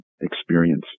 experience